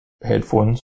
headphones